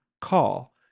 call